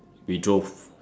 we drove